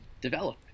develop